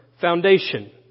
foundation